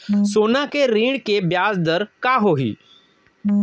सोना के ऋण के ब्याज दर का होही?